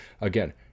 Again